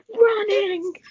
running